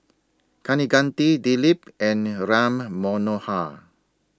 Kaneganti Dilip and Ram Manohar